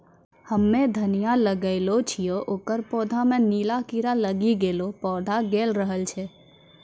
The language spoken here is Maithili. हम्मे धनिया लगैलो छियै ओकर पौधा मे नीला कीड़ा लागी गैलै पौधा गैलरहल छै?